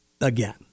again